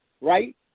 right